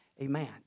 Amen